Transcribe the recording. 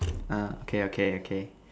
err okay okay okay